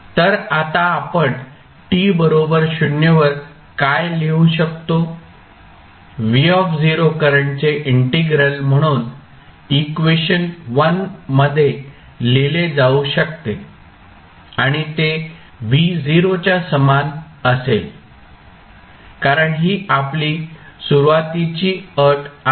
तर आता आपण t बरोबर 0 वर काय लिहू शकतो v करंटचे इंटिग्रल म्हणून इक्वेशन मध्ये लिहिले जाऊ शकते आणि ते V0 च्या समान असेल कारण ही आपली सुरुवातीचा अट आहे